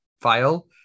file